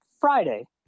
Friday